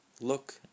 look